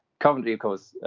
coventry, of course,